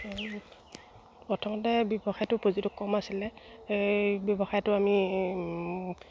প্ৰথমতে ব্যৱসায়টো কম আছিলে এই ব্যৱসায়টো আমি